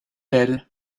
elles